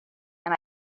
and